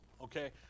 okay